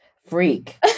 Freak